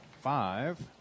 five